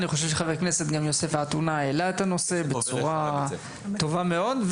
חבר הכנסת יוסף עטאונה העלה את הנושא בצורה טובה מאוד,